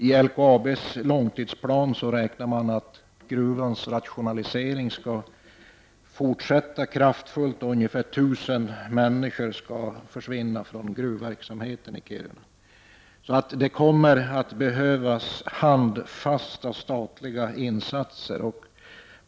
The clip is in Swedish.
I LKABSs långtidsplan räknar man med att gruvans rationalisering skall fortsätta kraftfullt, och ungefär 1 000 människor skall försvinna från gruvverksamheten i Kiruna. Det kommer alltså att behövas handfasta statliga insatser.